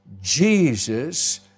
Jesus